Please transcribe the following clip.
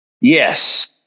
Yes